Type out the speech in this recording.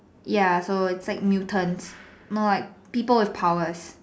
ya so it's like mutants more like people with powers